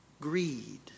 greed